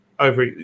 Over